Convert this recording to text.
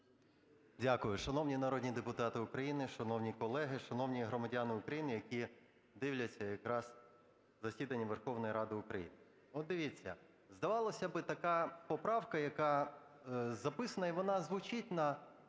Дякую. Шановні народні депутати України! Шановні колеги! Шановні громадяни України, які дивляться якраз засідання Верховної Ради України! От дивіться, здавалося б, така поправка, яка записана, і вона звучить для